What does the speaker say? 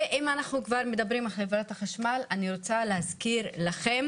ואם אנחנו כבר מדברים על חברת החשמל אני רוצה להזכיר לך,